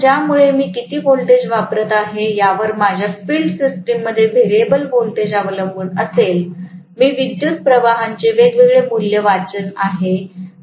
मूळत ज्यामुळे मी किती व्होल्टेज वापरत आहे यावर माझ्या फील्ड सिस्टीममध्ये व्हेरिएबल व्होल्टेज अवलंबून असेल मी विद्युतप्रवाहांचे वेगवेगळे मूल्य वाचत आहे